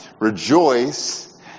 rejoice